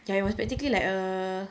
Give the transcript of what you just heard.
ya it was practically like a